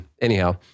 anyhow